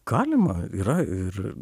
galima yra ir